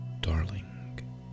darling